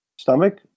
stomach